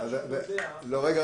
אדם שיודע --- רגע.